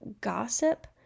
gossip